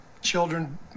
children